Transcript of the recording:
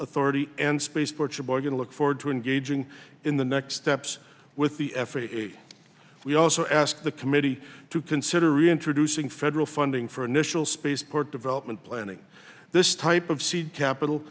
authority and space fortune blog and look forward to engaging in the next steps with the f a a we also asked the committee to consider reintroducing federal funding for initial space port development planning this type of seed capital